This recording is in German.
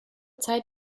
zeit